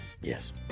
yes